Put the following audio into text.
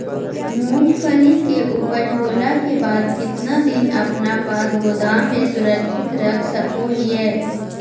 मूंगफली के ऊपज होला के बाद कितना दिन अपना पास गोदाम में सुरक्षित रख सको हीयय?